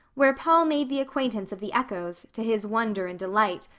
where paul made the acquaintance of the echoes, to his wonder and delight,